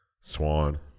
Swan